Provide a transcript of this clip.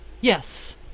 Yes